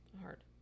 hard